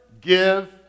give